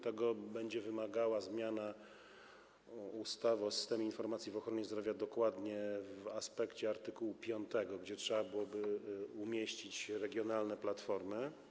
To będzie wymagało zmiany ustawy o systemie informacji w ochronie zdrowia, dokładnie w aspekcie art. 5, gdzie trzeba byłoby umieścić regionalne platformy.